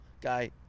guy